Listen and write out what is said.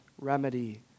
remedy